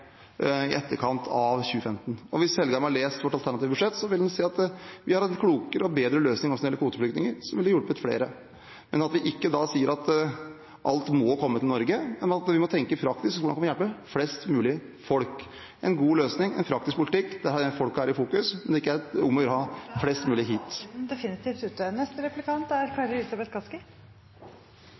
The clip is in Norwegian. i etterkant av 2015. Hvis Engen-Helgheim hadde lest vårt alternative budsjett, ville han sett at vi har klokere og bedre løsninger også når det gjelder kvoteflyktninger, som ville ha hjulpet flere. Vi sier ikke at alle må komme til Norge, men at vi må tenke praktisk og hvordan vi kan hjelpe flest mulig – en god løsning, en praktisk politikk der folk er i fokus, men der det ikke er om å gjøre å få flest mulig hit.